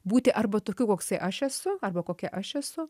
būti arba tokių koksai aš esu arba kokia aš esu